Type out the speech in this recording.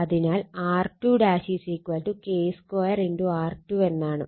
അതിനാൽ R2 K 2 R2 എന്നാണ്